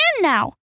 now